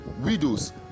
widows